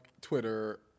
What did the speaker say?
Twitter